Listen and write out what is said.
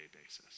basis